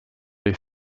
les